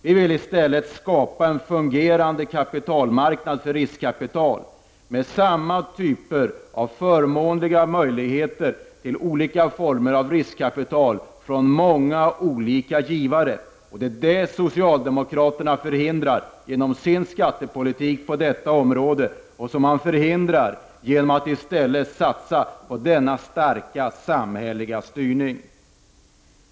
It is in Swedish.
Vi vill i stället skapa en fungerande kapitalmarknad för riskkapital med samma typer av förmånliga alternativ till olika former av riskkapital från många olika givare. Detta förhindrar socialdemokraterna genom sin skattepolitik på detta område, man förhindrar det genom att i stället satsa på den starka samhälleliga styrningen.